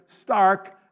stark